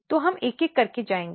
तो हम एक एक करके जाएंगे